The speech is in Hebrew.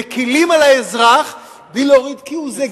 מקלים על האזרח בלי להוריד כהוא-זה,